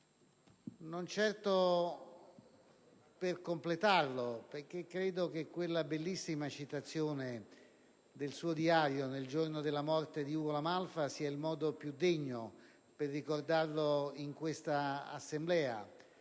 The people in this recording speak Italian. non certo per completarlo, perché credo che quella bellissima citazione del suo diario, scritta il giorno della morte di Ugo La Malfa, sia il modo più degno per ricordarlo in questa Assemblea,